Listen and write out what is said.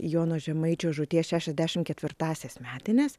jono žemaičio žūties šešiasdešim ketvirtąsias metines